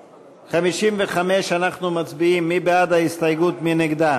עתיד, קבוצת סיעת המחנה הציוני,